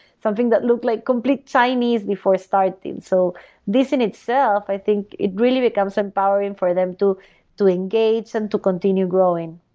something that look like complete chinese before starting. so this and itself, i think it really becomes empowering for them to to engage and to continue growing.